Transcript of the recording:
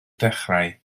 dechrau